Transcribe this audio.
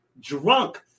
Drunk